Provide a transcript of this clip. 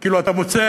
כאילו, אתה מוצא